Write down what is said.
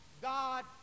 God